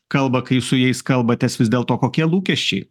kalba kai su jais kalbatės vis dėlto kokie lūkesčiai